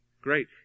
Great